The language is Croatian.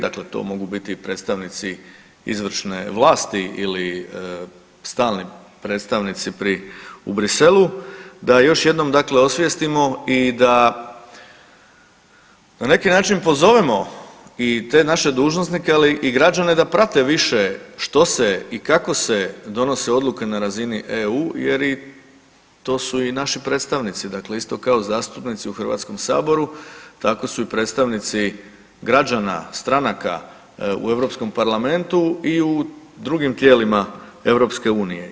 Dakle, to mogu biti i predstavnici izvršne vlasti ili stalni predstavnici u Bruxellesu da još jednom, dakle osvijestimo i da na neki način pozovemo i te naše dužnosnike ali i građane da prate više što se i kako se donose odluke na razini EU jer to su i naši predstavnici, dakle isto kao zastupnici u Hrvatskom saboru, tako su i predstavnici građana, stranaka u Europskom parlamentu i u drugim tijelima EU.